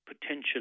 potential